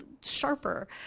sharper